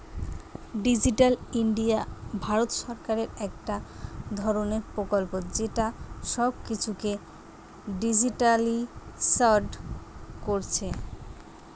digital India ভারত সরকারের একটা ধরণের প্রকল্প যেটা সব কিছুকে ডিজিটালিসড কোরছে